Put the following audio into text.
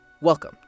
Welcome